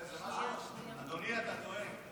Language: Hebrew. אדוני, אתה טועה.